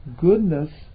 goodness